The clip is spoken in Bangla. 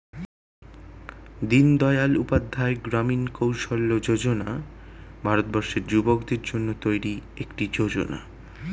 দিনদয়াল উপাধ্যায় গ্রামীণ কৌশল্য যোজনা ভারতবর্ষের যুবকদের জন্য তৈরি একটি যোজনা